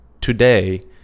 today